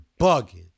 bugging